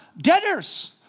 debtors